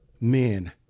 men